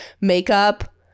makeup